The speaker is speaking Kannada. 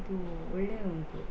ಅದು ಒಳ್ಳೆಯ ಉಂಟು